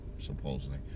supposedly